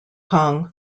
kong